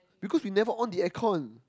because we never on the aircon